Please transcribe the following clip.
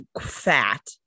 fat